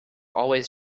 always